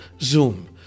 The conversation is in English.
Zoom